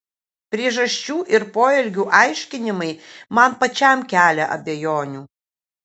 priežasčių ir poelgių aiškinimai man pačiam kelia abejonių